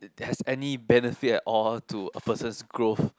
that has any benefit at all to a person's growth